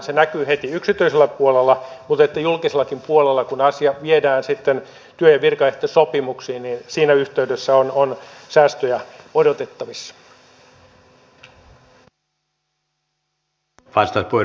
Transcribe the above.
se näkyy heti yksityisellä puolella mutta julkisellakin puolella kun asia viedään sitten työ ja virkaehtosopimuksiin siinä yhteydessä on säästöjä odotettavissa